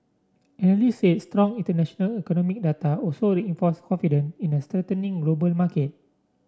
analysts said strong international economic data also reinforced confidence in a strengthening global market